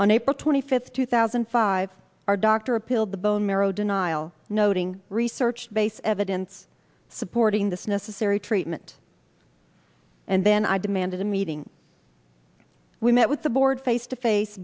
on april twenty fifth two thousand and five our doctor appealed the bone marrow denial noting research based evidence supporting this necessary treatment and then i demanded a meeting we met with the board face to face